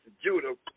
Judah